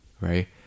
right